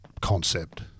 concept